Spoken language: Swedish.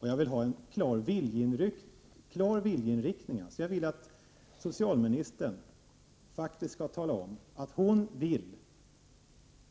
Jag vill ha en klar viljeinriktning från socialministern. Jag vill att hon skall tala om, att hon vill